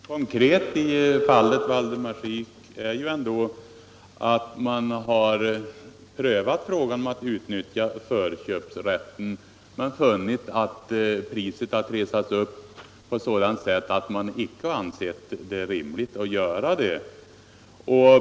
Herr talman! Konkret i fallet Valdemarsvik är ändå att man har prövat möjligheten att utnyttja förköpsrätten men funnit att priset trissats upp på ett sådant sätt att man icke ansett det rimligt att begagna sig av förköpsrätten.